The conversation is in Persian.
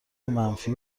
منفی